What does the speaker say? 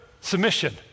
submission